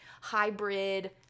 hybrid